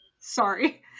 sorry